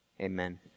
Amen